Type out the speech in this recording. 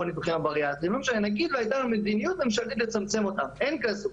הניתוחים הבריאטריים; גם אם הייתה מדיניות ממשלתית לצמצם אותם - אין כזו,